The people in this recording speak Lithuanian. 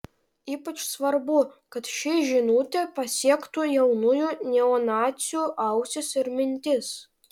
ypač svarbu kad ši žinutė pasiektų jaunųjų neonacių ausis ir mintis